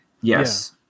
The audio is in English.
Yes